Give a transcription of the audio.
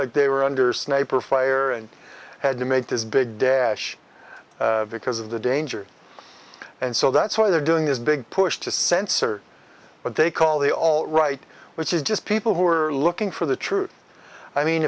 like they were under sniper fire and had to make this big dash because of the danger and so that's why they're doing this big push to censor what they call the all right which is just people who are looking for the truth i mean